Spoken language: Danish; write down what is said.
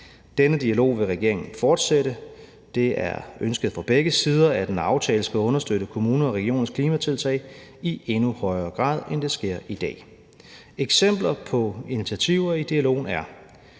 Denne dialog vil regeringen fortsætte. Det er ønsket fra begge sider, at en aftale skal understøtte kommuner og regioners klimatiltag i endnu højere grad, end det sker i dag. Eksempler på initiativerne i dialogen er: